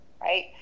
right